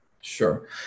Sure